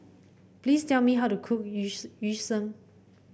please tell me how to cook yu Yu Sheng